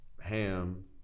ham